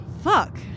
Fuck